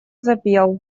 запел